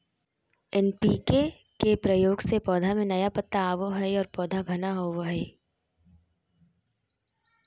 NPK के प्रयोग से पौधा में नया पत्ता आवो हइ और पौधा घना होवो हइ